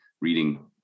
reading